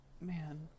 man